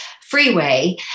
freeway